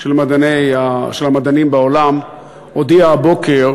של המדענים בעולם, הודיע הבוקר